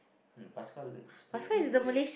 hmm Pascal is the new Malay